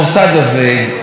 המוסד הזה,